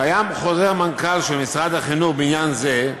קיים חוזר מנכ"ל של משרד החינוך בעניין זה,